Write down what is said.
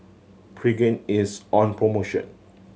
pregain is on promotion